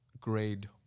grade